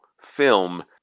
film